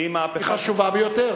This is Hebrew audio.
שהיא מהפכה, היא חשובה ביותר.